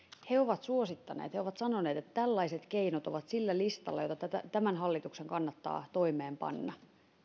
ovat suosittaneet ovat sanoneet että tällaiset keinot ovat sillä listalla jota tämän hallituksen kannattaa toimeenpanna